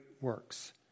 works